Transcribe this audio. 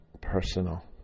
personal